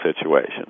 situation